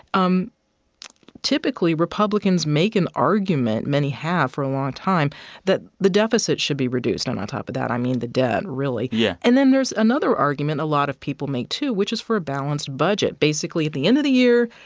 um typically, republicans make an argument many have for a long time that the deficit should be reduced. and on top of that i mean the debt, really. yeah and then there's another argument a lot of people make too, which is for a balanced budget. basically, at the end of the year,